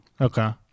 Okay